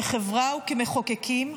כחברה וכמחוקקים,